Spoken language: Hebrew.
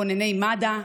כונני מד"א,